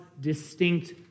distinct